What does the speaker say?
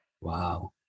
Wow